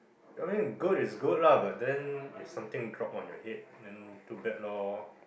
I mean good is good lah but then if something drop on your head then too bad loh